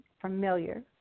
familiar